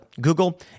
Google